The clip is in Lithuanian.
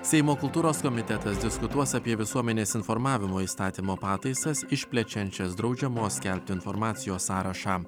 seimo kultūros komitetas diskutuos apie visuomenės informavimo įstatymo pataisas išplečiančias draudžiamos skelbti informacijos sąrašą